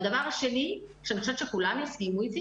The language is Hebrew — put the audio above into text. דבר שני, שלדעתי, כולם יסכימו איתי